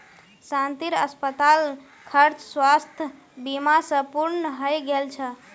शांतिर अस्पताल खर्च स्वास्थ बीमा स पूर्ण हइ गेल छ